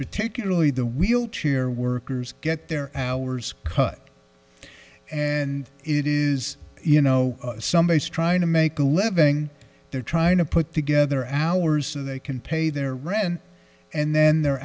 particularly the wheelchair workers get their hours cut and it is you know some base trying to make a living they're trying to put together hours so they can pay their rent and then their